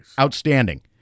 Outstanding